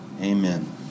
Amen